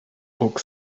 ruck